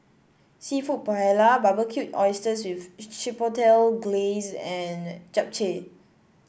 seafood Paella Barbecued Oysters with Chipotle Glaze and Japchae